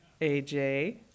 AJ